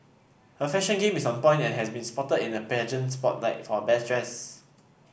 her fashion game is on point and has been spotted in the pageant spotlight for best dressed